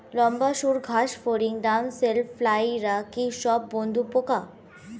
লম্বা সুড় ঘাসফড়িং ড্যামসেল ফ্লাইরা কি সব বন্ধুর পোকা?